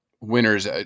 winners